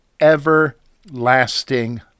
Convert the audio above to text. everlasting